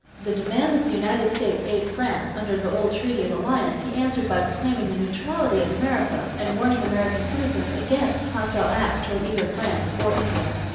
the demand that the united states aid france under the old treaty of alliance he answered by proclaiming the neutrality of america and warning american citizens against hostile acts toward either france or england.